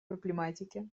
проблематике